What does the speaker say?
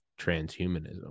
transhumanism